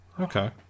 Okay